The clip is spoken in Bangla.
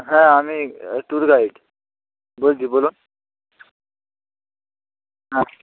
হ্যাঁ আমি ট্যুর গাইড বলছি বলুন হ্যাঁ